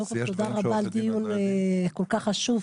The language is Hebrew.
קודם כל תודה רבה על דיון כל כך חשוב,